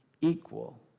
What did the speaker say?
equal